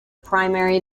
primary